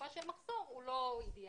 בתקופה של מחסור הוא לא אידיאלי.